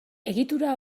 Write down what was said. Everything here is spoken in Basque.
egitura